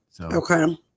Okay